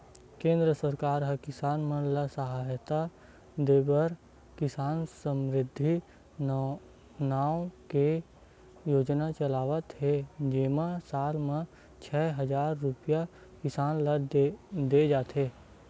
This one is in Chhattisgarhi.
केंद्र के सरकार ह किसान मन ल सहायता देबर किसान समरिद्धि नाव के योजना चलावत हे जेमा साल म छै हजार रूपिया किसान ल दे जाथे